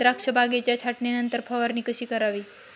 द्राक्ष बागेच्या छाटणीनंतर फवारणी कशी करावी?